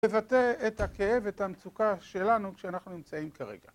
לבטא את הכאב, את המצוקה שלנו כשאנחנו נמצאים כרגע.